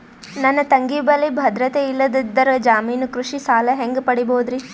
ನನ್ನ ತಂಗಿ ಬಲ್ಲಿ ಭದ್ರತೆ ಇಲ್ಲದಿದ್ದರ, ಜಾಮೀನು ಕೃಷಿ ಸಾಲ ಹೆಂಗ ಪಡಿಬೋದರಿ?